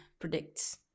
predicts